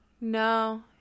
No